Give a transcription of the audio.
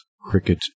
Cricket